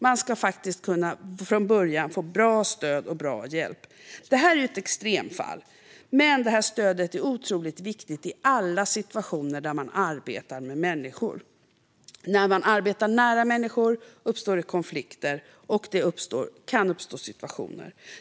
Man ska faktiskt kunna få bra stöd och bra hjälp från början. Detta är ett extremfall, men sådant stöd är otroligt viktigt i alla situationer där man arbetar med människor. När man arbetar nära människor uppstår konflikter, och det kan uppstå situationer.